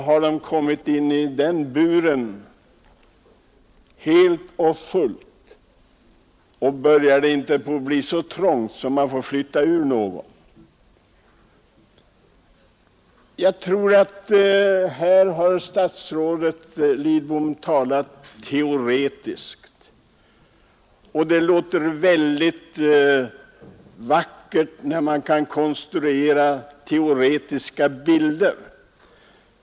Har de kommit in i den buren helt och fullt och börjar det inte bli så trångt att man får lov att flytta ut någon? Statsrådet Lidbom har här talat teoretiskt, och det låter väldigt vackert när man kan konstruera teoretiska bilder.